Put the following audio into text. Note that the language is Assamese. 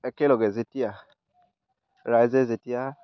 একেলগে যেতিয়া ৰাইজে যেতিয়া